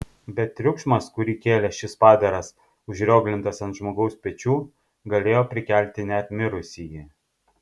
bet triukšmas kurį kėlė šis padaras užrioglintas ant žmogaus pečių galėjo prikelti net mirusįjį